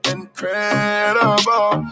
Incredible